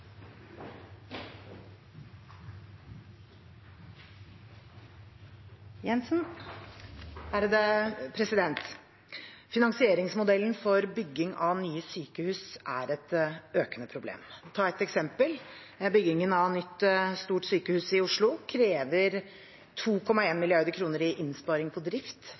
nye sykehus er et økende problem. For å ta et eksempel: Byggingen av et nytt, stort sykehus i Oslo krever 2,1 mrd. kr i innsparing på drift